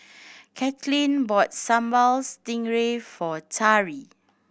Katelyn bought Sambal Stingray for Tari